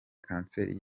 kanseri